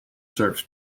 served